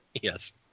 yes